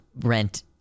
rent